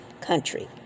country